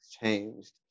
changed